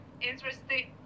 interesting